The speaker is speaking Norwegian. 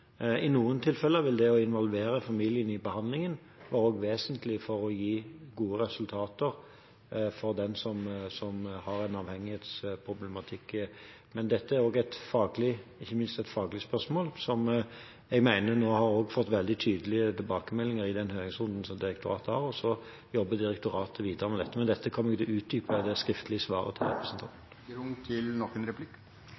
i noen tilfeller vil det å involvere familien i behandlingen være vesentlig for å gi gode resultater for den som har et avhengighetsproblem. Men dette er også ikke minst et faglig spørsmål, som jeg mener vi har fått veldig tydelige tilbakemeldinger på i den høringsrunden direktoratet har. Så jobber direktoratet videre med dette. Men dette kommer jeg til å utdype i det skriftlige svaret til representanten.